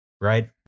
right